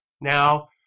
Now